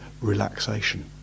relaxation